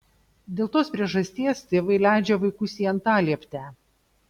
dėl tos priežasties tėvai leidžia vaikus į antalieptę